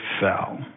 fell